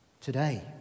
today